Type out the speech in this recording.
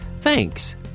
Thanks